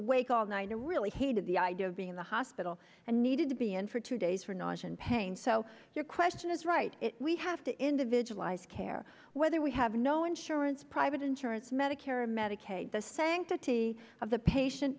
awake all the i know really hated the idea of being in the hospital and needed to be in for three days for knowledge and pain so your question is right we have to individualize care whether we have no insurance private insurance medicare or medicaid the sanctity of the patient